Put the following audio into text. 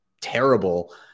terrible